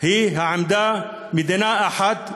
היא העמדה של מדינה אחת דו-לאומית,